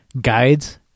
guides